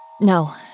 No